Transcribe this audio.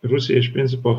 rusija iš principo